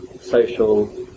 social